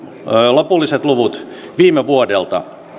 lopulliset luvut viime vuodelta